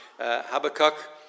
Habakkuk